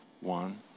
One